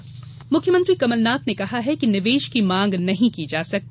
कमलनाथ मुख्यमंत्री कमल नाथ ने कहा है कि निवेश की मांग नहीं की जा सकती